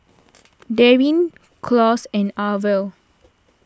Daryn Claus and Arvel